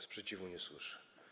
Sprzeciwu nie słyszę.